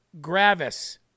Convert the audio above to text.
gravis